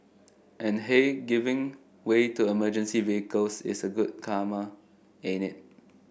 and hey giving way to emergency vehicles is a good karma ain't it